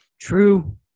True